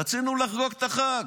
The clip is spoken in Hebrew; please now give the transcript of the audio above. רצינו לחגוג את החג,